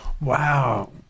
wow